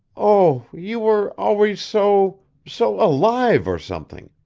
oh you were always so so alive, or something.